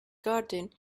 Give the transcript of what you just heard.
garden